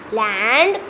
land